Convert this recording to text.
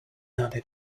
added